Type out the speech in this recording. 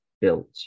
built